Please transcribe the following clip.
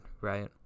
right